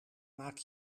maak